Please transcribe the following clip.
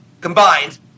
combined